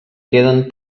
queden